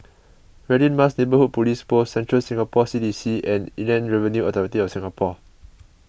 Radin Mas Neighbourhood Police Post Central Singapore C D C and Inland Revenue Authority of Singapore